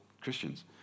Christians